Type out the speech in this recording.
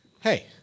hey